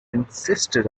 insisted